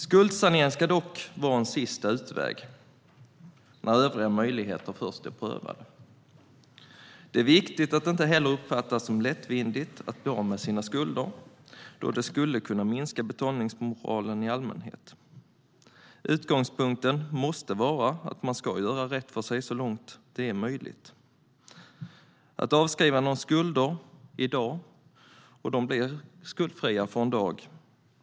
Skuldsanering ska dock vara en sista utväg när övriga möjligheter först har prövats. Det är viktigt att det inte heller uppfattas som lättvindigt att bli av med sina skulder eftersom det kan minska betalningsmoralen i allmänhet. Utgångspunkten måste vara att man ska göra rätt för sig så långt det är möjligt. Att avskriva en skuld för någon i dag innebär att denne blir skuldfri för en dag.